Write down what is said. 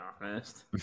honest